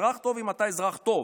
אזרח טוב, אם אתה אזרח טוב.